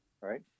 right